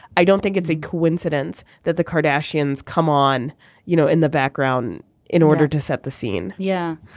i don't think it's a coincidence that the cardassian come on you know in the background in order to set the scene yeah.